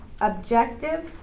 Objective